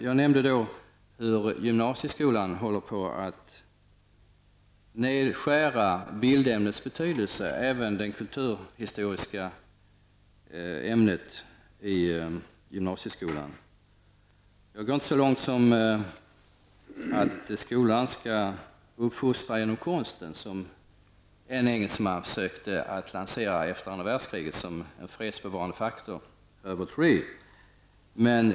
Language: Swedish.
Jag nämnde hur man inom gymnasieskolan håller på att minska betydelsen av ämnena bild och kulturhistoria. Jag går inte så långt som att säga att skolan skall uppfostra inom konsten. En engelsman, Herbert Reed, försökte ju efter andra världskriget lansera tanken att detta skulle fungera som en fredsbevarande faktor.